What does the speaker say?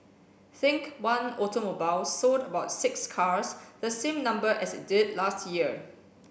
think One Automobile sold about six cars the same number as it did last year